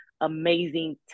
amazing